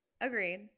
Agreed